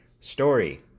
story